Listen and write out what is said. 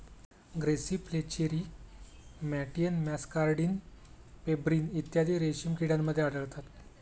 grasserie flacherie मॅटियन muscardine pebrine इत्यादी रेशीम किड्यांमध्ये आढळतात